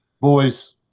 Boys